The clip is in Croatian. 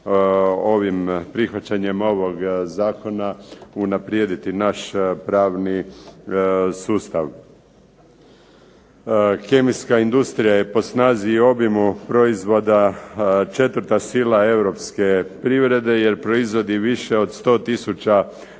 ovim prihvaćanjem ovog zakona unaprijediti naš pravni sustav. Kemijska industrija je po snazi i obimu proizvoda 4. sila europske privrede jer proizvodi više od 100